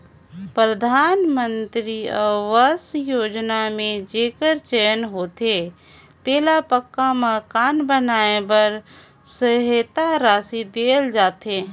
परधानमंतरी अवास योजना में जेकर चयन होथे तेला पक्का मकान बनाए बर सहेता रासि देहल जाथे